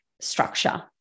structure